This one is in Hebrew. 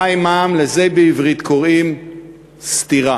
ח"י מע"מ, לזה בעברית קוראים סתירה.